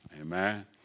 Amen